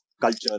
culture